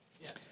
Yes